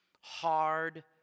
hard